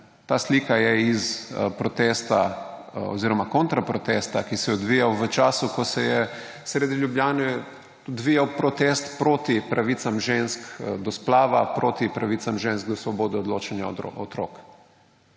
Ta slika je s protesta oziroma kontraprotesta, ki se je odvijal v času, ko se je sredi Ljubljane odvijal protest proti pravicam žensk do splava, proti pravicam žensk do svobode odločanja o otroku.